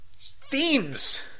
Themes